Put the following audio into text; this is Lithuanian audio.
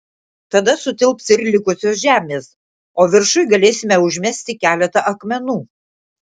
tada sutilps ir likusios žemės o viršuj galėsime užmesti keletą akmenų